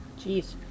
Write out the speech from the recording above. jeez